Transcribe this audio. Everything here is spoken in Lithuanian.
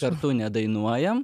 kartu nedainuojam